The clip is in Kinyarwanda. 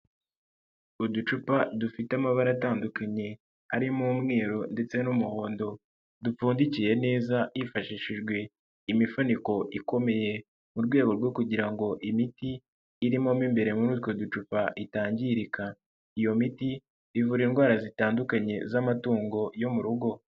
Uducupa dufite amabara atandukanye, arimo umweru ndetse n'umuhondo dupfundikiye neza hifashishijwe imifuniko ikomeye mu rwego rwo kugira ngo imiti irimomo imbere muri utwo ducupa itangirika iyo miti ivura indwara zitandukanye z'amatungo yo mu rugo.